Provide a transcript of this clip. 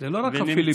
זה לא רק הפיליפינים.